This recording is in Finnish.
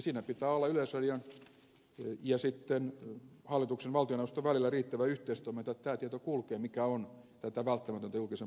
siinä pitää olla yleisradion ja sitten hallituksen valtioneuvoston välillä riittävä yhteistoiminta että tämä tieto kulkee mikä on tätä välttämätöntä julkisen palvelun tasoa